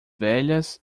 velhas